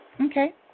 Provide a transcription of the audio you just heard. Okay